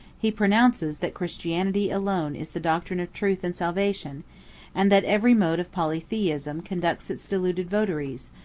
he pronounces, that christianity alone is the doctrine of truth and salvation and that every mode of polytheism conducts its deluded votaries,